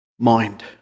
mind